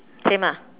same ah